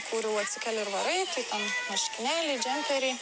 kurių atsikeli ir varai tai ten marškinėliai džemperiai